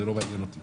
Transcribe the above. זה לא מעניין אותי